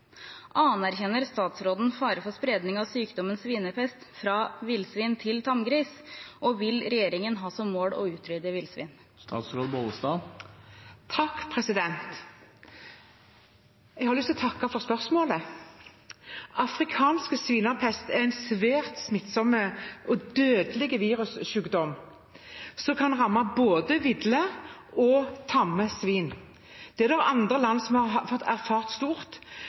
Anerkjenner statsråden fare for spredning av sykdommen svinepest fra villsvin til tamgris, og vil regjeringen ha som mål å utrydde villsvin?» Jeg har lyst til å takke for spørsmålet. Afrikansk svinepest er en svært smittsom og dødelig virussykdom som kan ramme både ville og tamme svin. Det er det andre land som har fått erfart stort.